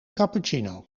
cappuccino